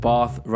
Bath